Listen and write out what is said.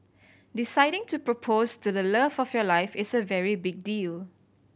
deciding to propose to the love of your life is a very big deal